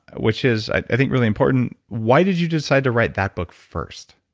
which is, i think really important. why did you decide to write that book first?